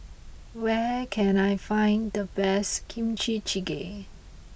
where can I find the best Kimchi Jjigae